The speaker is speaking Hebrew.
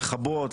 לכבות,